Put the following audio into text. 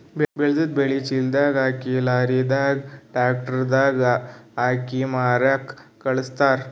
ಬೆಳೆದಿದ್ದ್ ಬೆಳಿ ಚೀಲದಾಗ್ ಹಾಕಿ ಲಾರಿದಾಗ್ ಟ್ರ್ಯಾಕ್ಟರ್ ದಾಗ್ ಹಾಕಿ ಮಾರಕ್ಕ್ ಖಳಸ್ತಾರ್